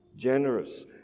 generous